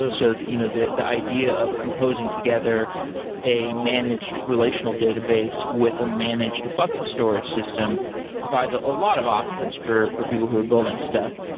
ah so the you know the the idea of composing together a managed relational database with a managed bucket storage system provides ah a lot of options for for people who are building stuff.